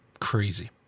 crazy